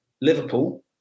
Liverpool